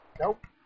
Nope